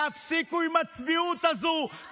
תפסיקו עם הצביעות הזו.